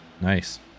Nice